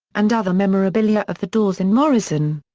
and other memorabilia of the doors and morrison.